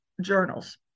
journals